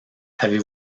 avez